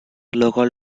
local